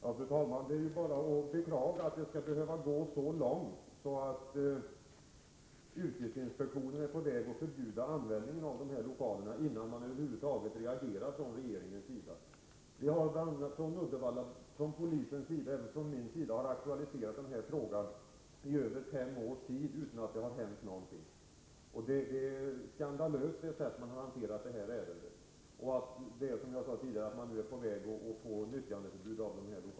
Fru talman! Det är bara att beklaga att det skall behöva gå så långt att yrkesinspektionen är på väg att förbjuda användningen av dessa lokaler, innan regeringen över huvud taget reagerar. Från polisen i Uddevalla och från min sida har frågan aktualiserats i över fem års tid utan att det har hänt någonting. Ärendet har hanterats på ett skandalöst sätt, och nu är man — som jag sade tidigare — på väg att få nyttjandeförbud för lokalerna.